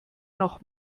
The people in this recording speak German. noch